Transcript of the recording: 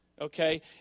okay